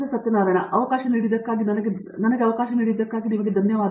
Satyanarayana N Gummadi ನನಗೆ ಅವಕಾಶವನ್ನು ನೀಡಿದ್ದಕ್ಕಾಗಿ ಧನ್ಯವಾದಗಳು